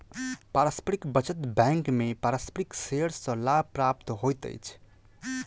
पारस्परिक बचत बैंक में पारस्परिक शेयर सॅ लाभ प्राप्त होइत अछि